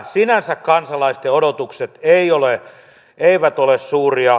sinänsä kansalaisten odotukset eivät ole suuria